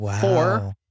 four